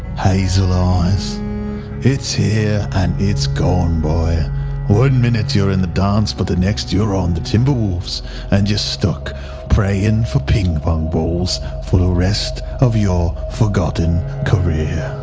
hazel eyes it's here, and it's gone boy one minute you're in the dance but the next year on the timberwolves and just stuck prayin for ping pong balls for the rest of your forgotten career